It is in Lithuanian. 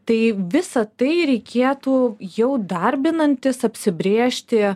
tai visa tai reikėtų jau darbinantis apsibrėžti